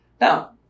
Now